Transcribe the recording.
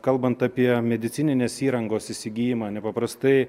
kalbant apie medicininės įrangos įsigijimą nepaprastai